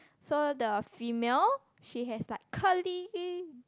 so the female she has like curly